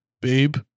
Babe